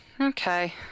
Okay